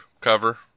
cover